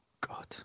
God